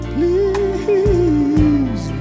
Please